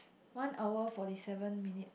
one hour forty seven minute